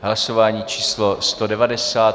Hlasování číslo 190.